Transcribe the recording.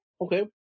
Okay